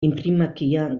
inprimakia